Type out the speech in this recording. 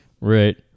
right